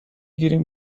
گیریم